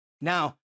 Now